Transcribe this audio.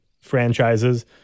franchises